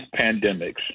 pandemics